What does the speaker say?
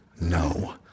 no